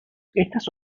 estas